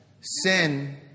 sin